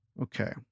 Okay